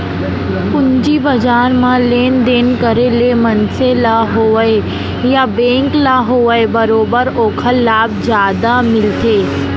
पूंजी बजार म लेन देन करे ले मनसे ल होवय या बेंक ल होवय बरोबर ओखर लाभ जादा मिलथे